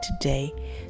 today